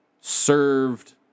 served